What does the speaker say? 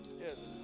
Yes